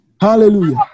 Hallelujah